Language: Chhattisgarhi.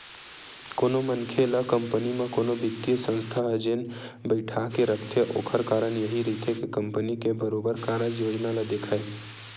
कोनो मनखे ल कंपनी म कोनो बित्तीय संस्था ह जेन बइठाके रखथे ओखर कारन यहीं रहिथे के कंपनी के बरोबर कारज योजना ल देखय